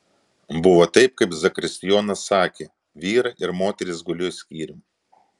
buvo taip kaip zakristijonas sakė vyrai ir moterys gulėjo skyrium